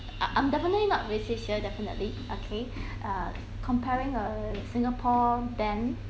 I I'm definitely not racist here definitely okay uh comparing asingapore band